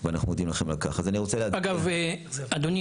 אנחנו ממשיכים בסדר יומה של הוועדה ואני